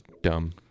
dumb